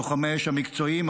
לוחמי האש המקצועיים,